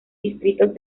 distritos